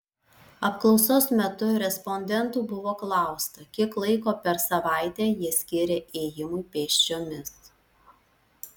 apklausos metu respondentų buvo klausta kiek laiko per savaitę jie skiria ėjimui pėsčiomis